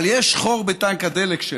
אבל יש חור בטנק הדלק שלה.